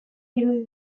irudi